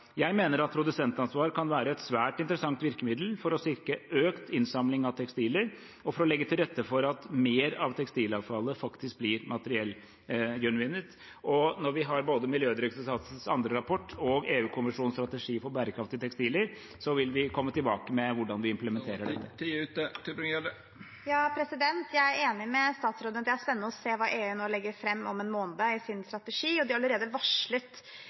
Jeg mener at produsentansvar kan være et svært interessant virkemiddel for å sikre økt innsamling av tekstiler og for å legge til rette for at mer av tekstilavfallet faktisk blir materiellgjenvunnet. Når vi har både Miljødirektoratets andre rapport og EU-kommisjonens strategi for bærekraftige tekstiler, vil vi komme tilbake med hvordan vi implementerer det. Jeg er enig med statsråden i at det er spennende å se hva EU nå legger fram om en måned i sin strategi. De har allerede varslet